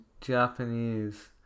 Japanese